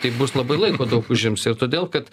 tai bus labai laiko užims ir todėl kad